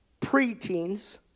preteens